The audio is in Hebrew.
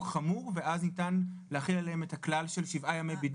חמור ואז ניתן להחיל עליהן את הכלל של שבעה ימי בידוד.